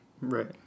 Right